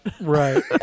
Right